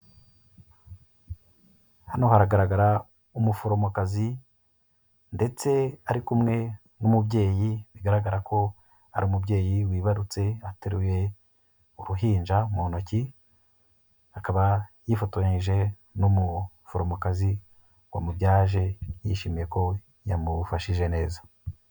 Hano haragaragara umuforomokazi ndetse ari kumwe n'umubyeyi bigaragara ko ari umubyeyi wibarutse ateruye uruhinja mu ntoki, akaba yifotoranyije n'umuforomokazi wamubyaje yishimiye ko yamufashije neza.